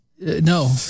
no